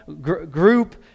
group